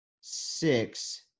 six